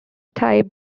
type